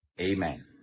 Amen